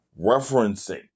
referencing